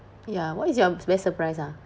ya what is it your best surprise ah